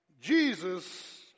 Jesus